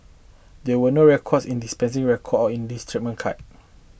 there were no records in the dispensing record or in this treatment card